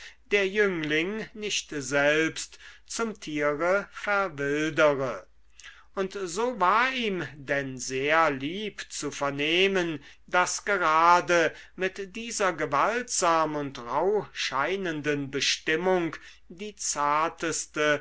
der jüngling nicht selbst zum tiere verwildere und so war ihm denn sehr lieb zu vernehmen daß gerade mit dieser gewaltsam und rauh scheinenden bestimmung die zarteste